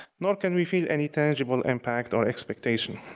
nor can we feel any tangible impact or expectation.